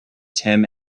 tim